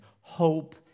Hope